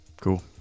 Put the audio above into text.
Cool